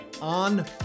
on